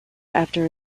after